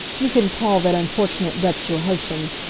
you can call that unfortunate wretch your husband!